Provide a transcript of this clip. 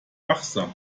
wachsam